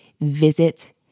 visit